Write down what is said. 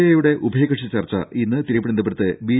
എയുടെ ഉഭയകക്ഷി ചർച്ച ഇന്ന് തിരുവനന്തപുരത്ത് ബി